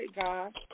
God